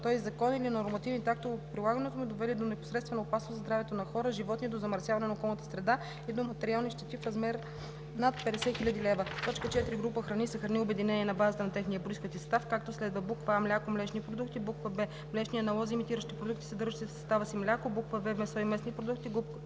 този закон или на нормативните актове по прилагането му, довели до непосредствена опасност за здравето на хора, животни, до замърсяване на околната среда или до материални щети в размер над 50 000 лв. 4. „Групи храни“ са храни, обединени на базата на техния произход и състав, както следва: а) мляко, млечни продукти; б) млечни аналози – имитиращи продукти, съдържащи в състава си мляко; в) месо и месни продукти; г)